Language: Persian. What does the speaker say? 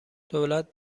دولت